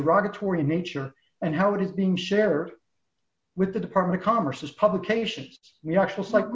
derogatory nature and how it is being shared with the department commerce is publication you actually like